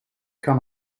kan